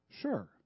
Sure